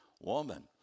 Woman